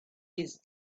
his